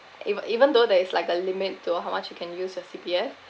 eve~ even though there is like a limit to how much you can use your C_P_F